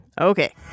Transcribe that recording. Okay